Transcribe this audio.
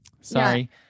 Sorry